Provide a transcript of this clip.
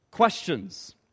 questions